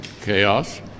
chaos